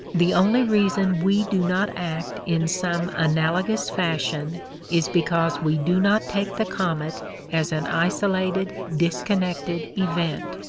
the only reason we do not act in some analogous fashion is because we do not take the comet as an isolated, disconnected event,